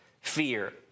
fear